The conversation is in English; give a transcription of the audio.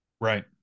Right